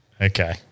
Okay